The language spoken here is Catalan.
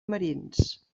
marins